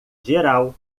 geral